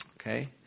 Okay